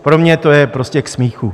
Pro mě to je prostě k smíchu.